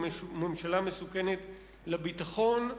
היא ממשלה מסוכנת לביטחון,